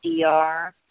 DR